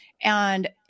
And-